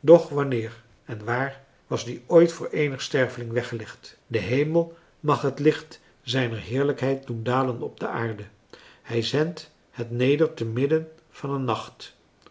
doch wanneer en waar was die ooit voor eenig sterveling weggelegd de hemel mag het licht zijner heerlijkheid doen dalen op de aarde hij zendt het neder te midden van een nacht